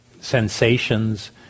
sensations